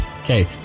Okay